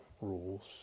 rules